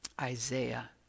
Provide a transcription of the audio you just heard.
Isaiah